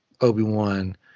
Obi-Wan